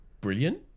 brilliant